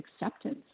acceptance